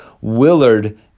Willard